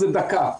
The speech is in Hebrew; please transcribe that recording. זה דקה.